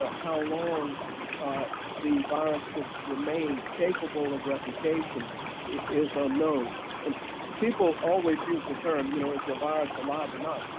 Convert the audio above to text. ah how long the virus could remain capable of replication is unknown and people always use the term you know, is the virus alive or not?